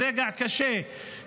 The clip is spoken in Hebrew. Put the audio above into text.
ברגע קשה,